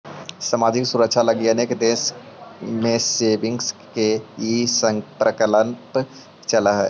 सामाजिक सुरक्षा लगी अनेक देश में सेविंग्स के ई प्रकल्प चलऽ हई